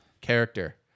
character